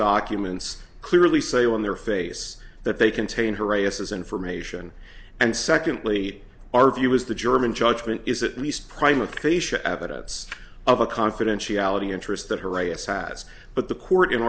documents clearly say on their face that they contain harasses information and secondly our view is the german judgment is at least prime acacia evidence of a confidentiality interest that her right size but the court in